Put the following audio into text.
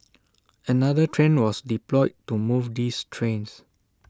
another train was deployed to move these trains